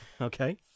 Okay